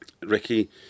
Ricky